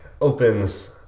opens